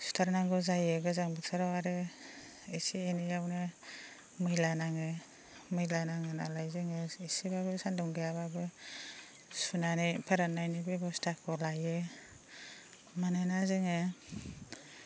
सुथारनांगौ जायो गोजां बोथोराव आरो एसे एनैआवनो मैला नाङो मैला नाङो नालाय जोङो एसेब्लाबो सान्दुं गैयाब्लाबो सुनानै फोराननायनि बेबस्थाखौ लायो मानोना जोङो